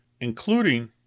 including